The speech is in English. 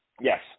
Yes